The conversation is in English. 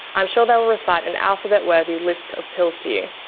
i'm sure they will recite an alphabet worthy list of pills to you,